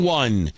one